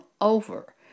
over